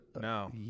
No